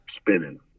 spinning